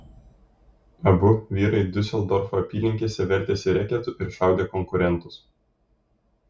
abu vyrai diuseldorfo apylinkėse vertėsi reketu ir šaudė konkurentus